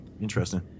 interesting